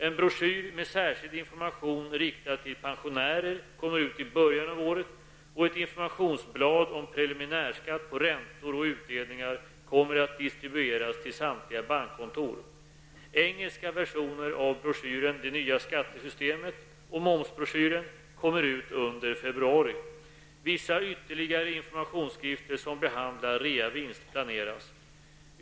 En broshyr med särskild information riktad till pensionärer kommer ut i början av året och ett informationsblad om preliminärskatt på räntor och utdelningar kommer att distribueras till samtliga bankkontor. Engelska versioner av broschyren Det nya skattesystemet och MOMS-broschyren kommer ut under februari. Vissa ytterligare informationsskrifter som behandlar reavinst planeras.